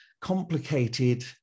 complicated